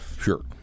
Sure